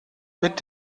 mit